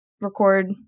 record